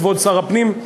כבוד שר הפנים,